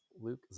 Luke